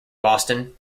boston